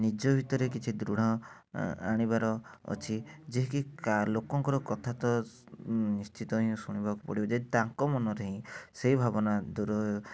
ନିଜ ଭିତରେ କିଛି ଦୃଢ଼ ଆଣିବାର ଅଛି ଯିଏକି କା ଲୋକଙ୍କର କଥା ତ ନିଶ୍ଚିତ ହିଁ ଶୁଣିବାକୁ ପଡ଼ିବ ଯଦି ତାଙ୍କ ମନରେ ହିଁ ସେହି ଭାବନା ଦୂର